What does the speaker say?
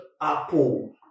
apple